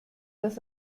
das